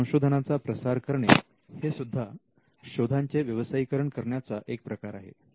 अशा संशोधनाचा प्रसार करणे हे सुद्धा शोधांचे व्यवसायीकरण करण्याचा एक प्रकार आहे